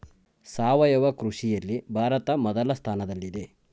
ಸಾವಯವ ಕೃಷಿಯಲ್ಲಿ ಭಾರತ ಮೊದಲ ಸ್ಥಾನದಲ್ಲಿದೆ